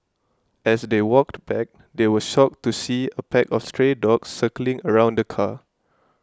as they walked back they were shocked to see a pack of stray dogs circling around the car